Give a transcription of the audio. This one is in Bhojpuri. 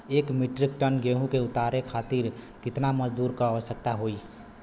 एक मिट्रीक टन गेहूँ के उतारे खातीर कितना मजदूर क आवश्यकता होई?